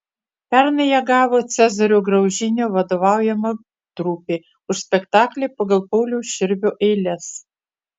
pernai ją gavo cezario graužinio vadovaujama trupė už spektaklį pagal pauliaus širvio eiles